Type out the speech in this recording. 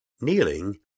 kneeling